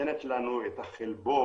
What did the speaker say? שנותנת לנו את החלבון